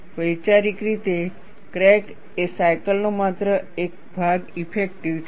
વૈચારિક રીતે ક્રેક એ સાયકલનો માત્ર એક ભાગ ઇફેક્ટિવ છે